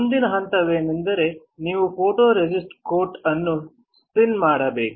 ಮುಂದಿನ ಹಂತವೆಂದರೆ ನೀವು ಫೋಟೊರೆಸಿಸ್ಟ್ ಕೋಟ್ ಅನ್ನು ಸ್ಪಿನ್ ಮಾಡಬೇಕು